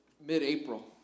mid-April